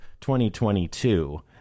2022